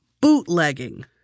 bootlegging